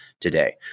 today